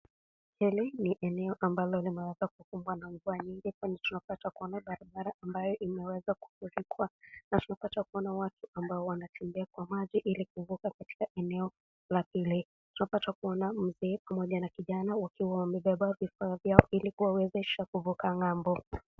Hili ni eneo ambalo limeweza kuwa na mvua nyingi kwani tunapata barabara ambayo imeweza kufurika na tupata kuona watu ambao wanatembea kwa maji Ili kuvuka katika eneo la kule. Tupata kuona Mzee pamoja na kijana wakiwa wamebeba vikwaji vyao ili kuwawezesha kuvuka ng'ambo.